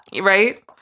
Right